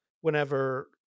whenever